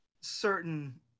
certain